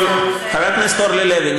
חברת הכנסת אורלי לוי,